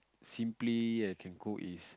simply I can cook is